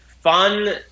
fun